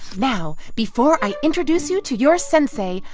now before i introduce you to your sensei,